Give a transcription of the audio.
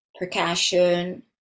percussion